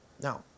Now